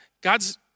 God's